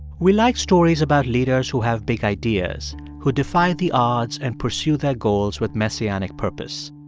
we like stories about leaders who have big ideas, who defy the odds and pursue their goals with messianic purpose.